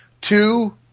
two